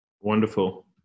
Wonderful